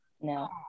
no